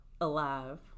alive